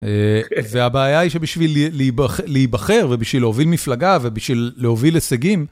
והבעיה היא שבשביל להיבחר ובשביל להוביל מפלגה ובשביל להוביל הישגים...